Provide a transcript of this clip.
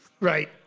Right